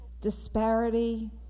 disparity